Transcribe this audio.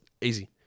easy